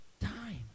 time